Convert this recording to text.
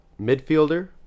midfielder